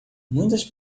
muitas